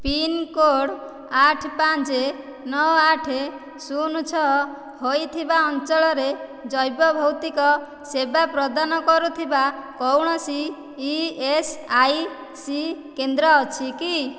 pincode ଆଠ ପାଞ୍ଚ ନଅ ଆଠ ଶୂନ ଛଅ ହୋଇଥିବା ଅଞ୍ଚଳରେ ଜୈବ ଭୌତିକ ସେବା ପ୍ରଦାନ କରୁଥିବା କୌଣସି ଇଏସ୍ଆଇସି କେନ୍ଦ୍ର ଅଛି କି